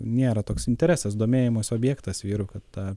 nėra toks interesas domėjimosi objektas vyrų kad ta